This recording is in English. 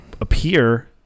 appear